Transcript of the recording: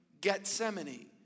Gethsemane